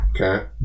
Okay